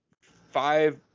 five